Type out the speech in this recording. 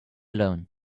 alone